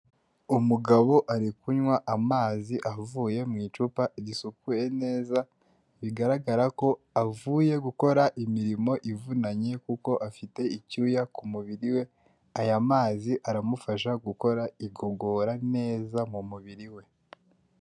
Umugabo ari kunywa amazi avuye mu icupa risukuye neza, bigaragara ko avuye gukora imirimo ivunanye, kuko afite icyuya ku mubiri we, aya mazi aramufasha gukora igogora neza mu mubiri we.